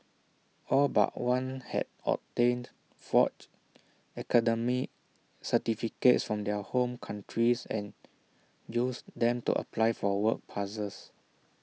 all but one had obtained forged academic certificates from their home countries and used them to apply for work passes